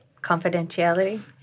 Confidentiality